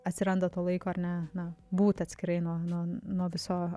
atsiranda to laiko ar ne na būti atskirai nuo nuo viso